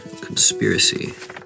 conspiracy